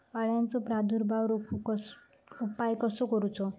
अळ्यांचो प्रादुर्भाव रोखुक उपाय कसो करूचो?